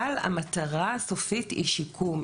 אבל המטרה הסופית היא שיקום,